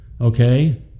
okay